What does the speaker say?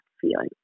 feeling